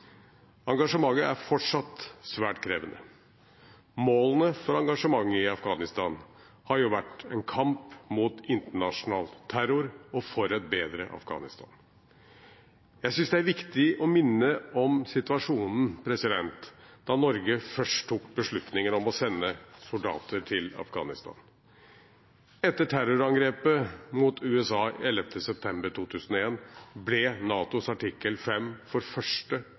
Engasjementet er fortsatt svært krevende. Målene for engasjementet i Afghanistan har vært en kamp mot internasjonal terror og for et bedre Afghanistan. Jeg synes det er viktig å minne om situasjonen da Norge først tok beslutningen om å sende soldater til Afghanistan. Etter terrorangrepet mot USA 11. september 2001 ble NATOs artikkel 5 for første,